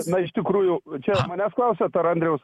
na iš tikrųjų čia manęs klausiat ar andriaus